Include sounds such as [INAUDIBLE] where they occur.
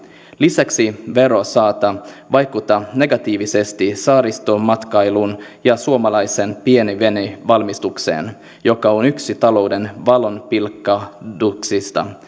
lisäksi vero saattaa vaikuttaa negatiivisesti saaristomatkailuun ja suomalaiseen pienvenevalmistukseen joka on yksi talouden valonpilkahduksista [UNINTELLIGIBLE]